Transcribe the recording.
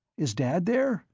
is dad there?